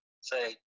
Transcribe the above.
say